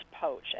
poach